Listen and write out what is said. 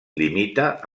limita